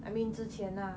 I mean 之前 lah